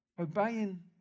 Obeying